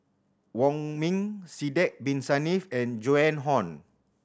Wong Ming Sidek Bin Saniff and Joan Hon